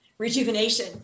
rejuvenation